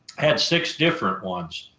had six different ones.